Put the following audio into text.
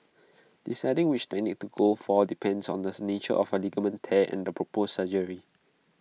deciding which technique to go for depends on the nature of A ligament tear and the proposed surgery